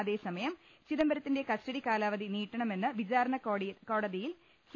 അതേസമയം ചിദംബരത്തിന്റെ കസ്റ്റഡി കാലാവധി നീട്ടണമെന്ന് വിചാരണക്കോടതിയിൽ സി